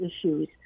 issues